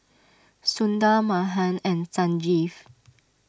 Sundar Mahan and Sanjeev